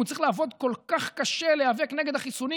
הוא צריך לעבוד כל כך קשה להיאבק נגד החיסונים,